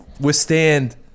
withstand